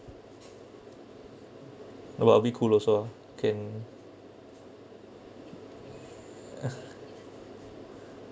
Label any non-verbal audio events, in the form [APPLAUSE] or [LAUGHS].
about we cool also ah can [LAUGHS]